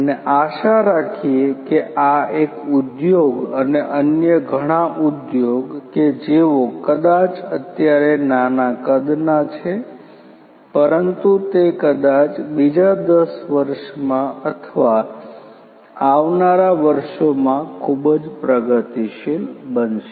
અને આશા રાખીએ કે આ એક ઉદ્યોગ અને અન્ય ઘણાં ઉદ્યોગ કે જેઓ કદાચ અત્યારે નાના કદના છે પરંતુ તે કદાચ બીજા દસ વર્ષમાં અથવા આવનારા વર્ષોમાં ખૂબ જ પ્રગતિશીલ બનશે